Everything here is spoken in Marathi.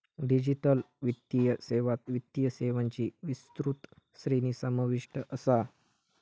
डिजिटल वित्तीय सेवात वित्तीय सेवांची विस्तृत श्रेणी समाविष्ट असा